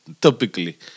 typically